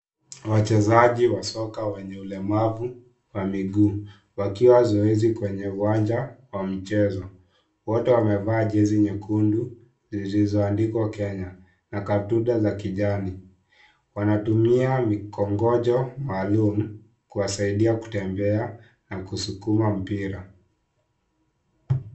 Wachezaji wa soka wenye ulemavu wa miguu, wakiwa zoezi kwenye uwanja wa mchezo. Wote wamevaa jezi nyekundu, zilizoandikwa Kenya na kaptura za kijani. Wanatumia mikongojo maalum kuwasaidia kutembea na kusukuma mpira.